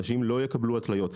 אנשים לא יקבלו התליות.